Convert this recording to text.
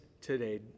today